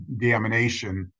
deamination